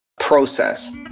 process